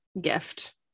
gift